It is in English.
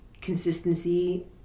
consistency